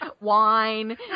wine